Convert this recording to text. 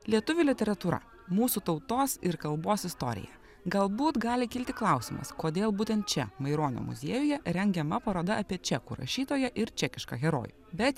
lietuvių literatūra mūsų tautos ir kalbos istorija galbūt gali kilti klausimas kodėl būtent čia maironio muziejuje rengiama paroda apie čekų rašytoją ir čekišką herojų bet